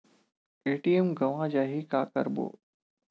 ATM गवां जाहि का करबो?